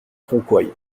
tronquoy